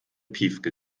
piefke